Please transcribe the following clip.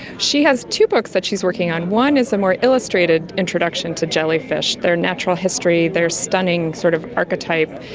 she has two books that she is working on. one is a more illustrated introduction to jellyfish, their natural history, their stunning sort of archetype.